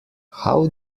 how